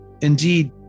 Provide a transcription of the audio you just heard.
Indeed